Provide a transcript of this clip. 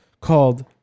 called